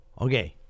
okay